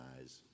eyes